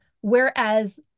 whereas